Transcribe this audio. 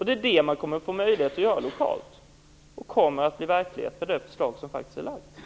Det är det man kommer att få möjlighet att göra lokalt. Det kommer att bli verklighet med det förslag som har lagts fram.